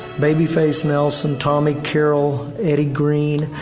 baby face nelson, tommy carol, eddie green,